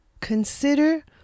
Consider